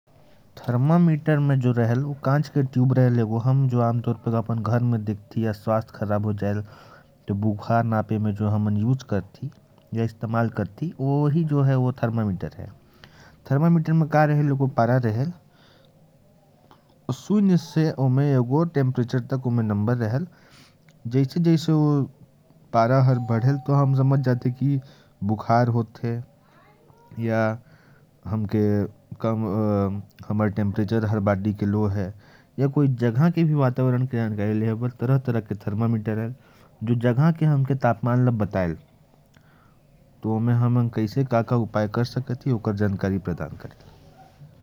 थर्मामीटर में कांच की ट्यूब होती है, जिसे हम अपने घर में देख सकते हैं। घर में थर्मामीटर बुखार नापने के काम आता है। जब भी स्वास्थ्य के बारे में जानकारी लेनी हो, तो थर्मामीटर की जरूरत पड़ती है। और भी कई प्रकार के थर्मामीटर होते हैं, जो स्थान के तापमान को भी बताते हैं।